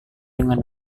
dengan